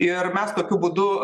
ir mes tokiu būdu